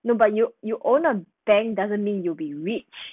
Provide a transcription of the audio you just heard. no but you you own a bank doesn't mean you will be rich